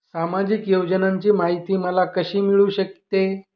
सामाजिक योजनांची माहिती मला कशी मिळू शकते?